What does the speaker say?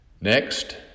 Next